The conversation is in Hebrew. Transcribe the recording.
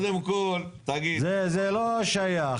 זה לא שייך.